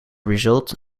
result